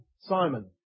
Simon